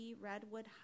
Redwood